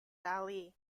ali